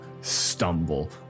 stumble